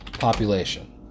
population